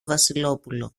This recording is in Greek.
βασιλόπουλο